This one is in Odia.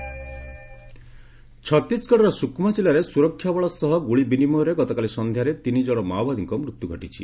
ଛତିଶଗଡ଼ ଏନ୍କାଉଣ୍ଟର ଛତିଶଗଡ଼ର ସୁକ୍ମା ଜିଲ୍ଲାରେ ସୁରକ୍ଷା ବଳ ସହ ଗୁଳି ବିନିମୟରେ ଗତକାଲି ସନ୍ଧ୍ୟାରେ ତିନିଜଣ ମାଓବାଦୀଙ୍କ ମୃତ୍ୟୁ ଘଟିଛି